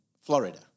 Florida